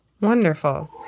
Wonderful